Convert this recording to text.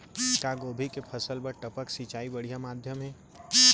का गोभी के फसल बर टपक सिंचाई बढ़िया माधयम हे?